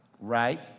right